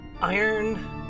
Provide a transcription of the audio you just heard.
iron